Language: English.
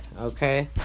okay